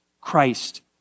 Christ